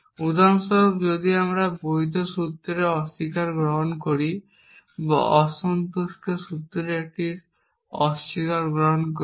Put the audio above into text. উদাহরণস্বরূপ যদি আমি বৈধ সূত্রের অস্বীকার গ্রহণ করি বা অসন্তুষ্ট সূত্রের একটি অস্বীকার গ্রহণ করি